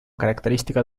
característica